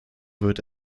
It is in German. wird